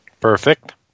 Perfect